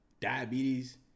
diabetes